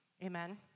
Amen